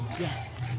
yes